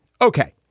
Okay